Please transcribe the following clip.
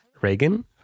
Reagan